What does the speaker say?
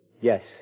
Yes